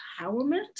empowerment